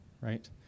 right